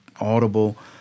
Audible